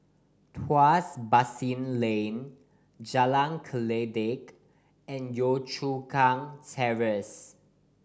Tuas Basin Lane Jalan Kledek and Yio Chu Kang Terrace